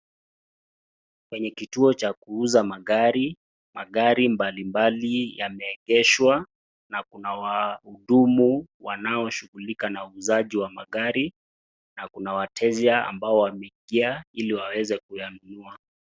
Kwenye kituo cha kuuza magari. Magari mbalimbali yameegeshwa na kuna wahudumu wanaoshughulika na uuzaji wa magari na kuna wateja ambao wameingia ili waweze kuyanunua.